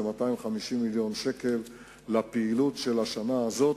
זה 250 מיליון שקל לפעילות של השנה הזאת,